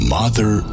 mother